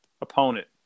opponent